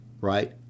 right